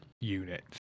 unit